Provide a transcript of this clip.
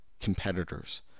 competitors